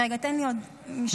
רגע, תן לי עוד משפט.